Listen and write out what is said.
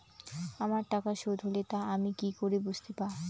আমার টাকা শোধ হলে তা আমি কি করে বুঝতে পা?